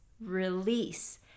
release